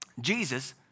Jesus